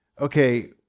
okay